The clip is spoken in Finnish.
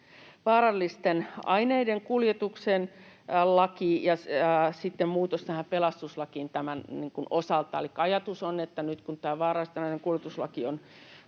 vaarallisten aineiden kuljetuksen laki ja sitten muutos tähän pelastuslakiin tämän osalta. Elikkä ajatus on, että nyt kun tämä vaarallisten aineiden kuljetuslaki on